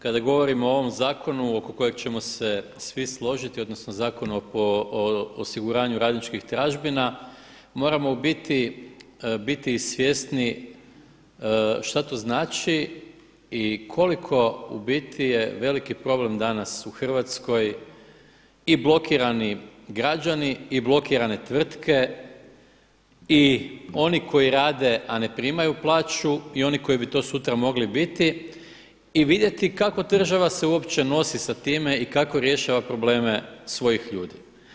Kada govorimo o ovom zakonu oko kojeg ćemo se svi složiti odnosno po Zakonu o osiguranju radničkih tražbina, moramo biti svjesni šta to znači i koliko u biti je veliki problem danas u Hrvatskoj i blokirani građani i blokirane tvrtke i oni koji rade, a ne primaju plaću i oni koji bi to sutra mogli biti i vidjeti kako se država uopće nosi sa time i kako rješava probleme svojih ljudi.